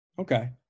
Okay